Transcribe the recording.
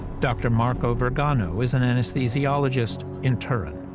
dr. marco vergano is an anesthesiologist in turin.